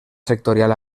sectorial